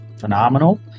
phenomenal